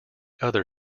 other